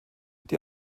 die